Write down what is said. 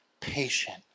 patient